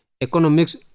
Economics